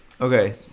okay